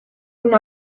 una